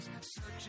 searching